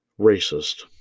racist